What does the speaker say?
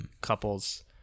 couples